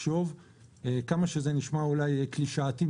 כמה שזה נשמע קלישאתי,